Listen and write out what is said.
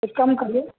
کچھ کم کریے